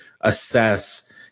assess